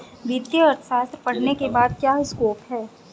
वित्तीय अर्थशास्त्र पढ़ने के बाद क्या स्कोप है?